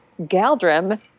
Galdrim